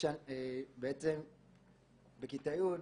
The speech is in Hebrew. בכיתה י'